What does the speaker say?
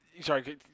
Sorry